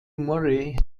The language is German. murray